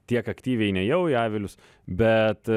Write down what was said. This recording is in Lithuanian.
tiek aktyviai nėjau į avilius bet